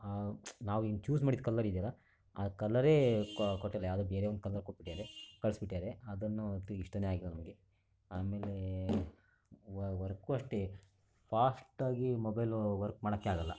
ನಾವು ಇಲ್ಲಿ ಚೂಸ್ ಮಾಡಿದ ಕಲರ್ ಇದೆಯಲ್ಲ ಆ ಕಲರೇ ಕೊಟ್ಟಿಲ್ಲ ಯಾವುದೋ ಬೇರೆ ಒಂದು ಕಲರ್ ಕೊಟ್ಬಿದ್ದಾರೆ ಕಳ್ಸಿಬಿಟ್ಟಿದ್ದಾರೆ ಅದನ್ನು ಅಂತು ಇಷ್ಟನೇ ಆಗಿಲ್ಲ ನಮಗೆ ಆಮೇಲೆ ವರ್ಕು ಅಷ್ಟೇ ಫಾಸ್ಟಾಗಿ ಮೊಬೈಲು ವರ್ಕ್ ಮಾಡೋಕೆ ಆಗಲ್ಲ